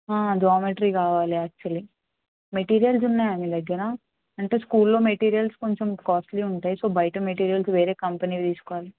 geometry కావాలి actually materials ఉన్నాయా మీ దగ్గర అంటే స్కూల్లో మెటీరియల్స్ కొంచెం కాస్ట్లీ ఉంటాయి సో బయట మెటీరియల్స్ వేరే కంపెనీవి తీసుకోవాలి